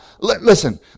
listen